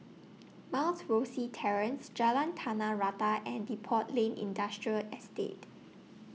Mount Rosie Terrace Jalan Tanah Rata and Depot Lane Industrial Estate